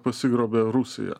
pasigrobė rusija